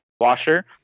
washer